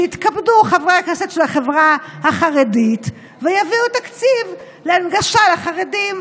שיתכבדו חברי הכנסת של החברה החרדית ויביאו תקציב להנגשה לחרדים.